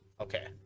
Okay